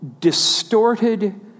distorted